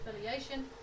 affiliation